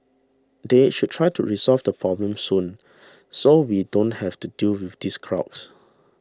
they should try to resolve the problem soon so we don't have to deal with these crowds